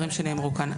שנאמרו כאן.